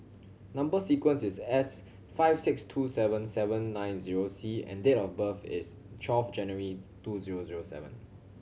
number sequence is S five six two seven seven nine zero C and date of birth is twelve January two zero zero seven